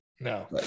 No